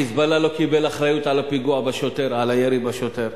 ה"חיזבאללה" לא קיבל אחריות על פיגוע הירי בשוטר.